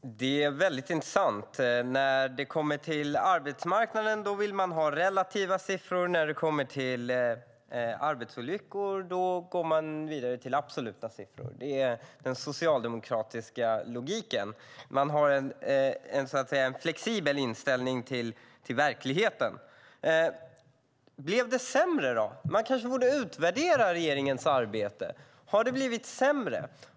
Herr talman! Det är väldigt intressant: När det kommer till arbetsmarknaden vill man ha relativa siffror, och när det kommer till arbetsolyckor går man vidare till absoluta siffror. Det är den socialdemokratiska logiken. Man har så att säga en flexibel inställning till verkligheten. Blev det sämre, då? Man kanske borde utvärdera regeringens arbete. Har det blivit sämre?